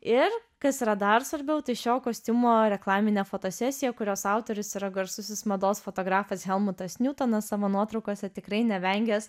ir kas yra dar svarbiau tai šio kostiumo reklaminė fotosesija kurios autorius yra garsusis mados fotografas helmutas niutonas savo nuotraukose tikrai nevengęs